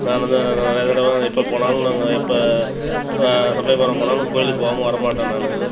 நான் வந்த அதை நிறைய தடவை எப்போ போனாலும் நாங்கள் எப்போ இப்போ சமயபுரம் போனாலும் கோயிலுக்குப் போகாமல் வரமாட்டோம் நான்